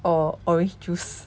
or orange juice